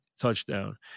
touchdown